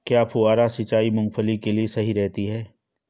क्या फुहारा सिंचाई मूंगफली के लिए सही रहती है?